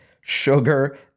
sugar